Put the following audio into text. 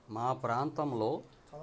మా ప్రాంతంలో